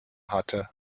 hatte